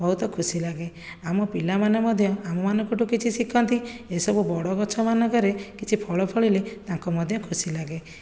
ବହୁତ ଖୁସି ଲାଗେ ଆମ ପିଲାମାନେ ମଧ୍ୟ ଆମମାନଙ୍କଠାରୁ କିଛି ଶିଖନ୍ତି ଏସବୁ ବଡ଼ ଗଛମାନଙ୍କରେ କିଛି ଫଳ ଫଳିଲେ ତାଙ୍କୁ ମଧ୍ୟ ଖୁସି ଲାଗେ